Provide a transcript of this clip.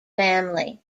family